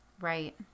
Right